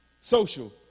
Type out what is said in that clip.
social